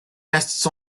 nests